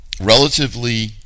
relatively